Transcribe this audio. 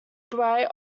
bright